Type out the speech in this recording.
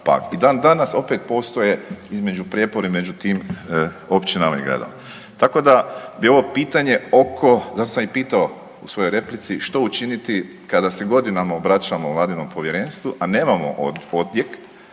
I dan-danas opet postoje između prijepori među tim općinama i gradovima. Tako da bi ovo pitanje oko, zato sam i pitao u svojoj replici, što učiniti kada se godinama obraćamo Vladinom Povjerenstvu, a nemamo odjek,